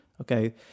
Okay